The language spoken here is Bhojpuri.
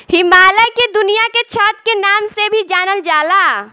हिमालय के दुनिया के छत के नाम से भी जानल जाला